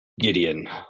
Gideon